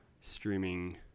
streaming